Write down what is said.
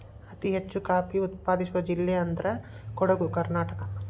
ಅತಿ ಹೆಚ್ಚು ಕಾಫಿ ಉತ್ಪಾದಿಸುವ ಜಿಲ್ಲೆ ಅಂದ್ರ ಕೊಡುಗು ಕರ್ನಾಟಕ